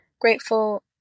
grateful